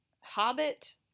Hobbit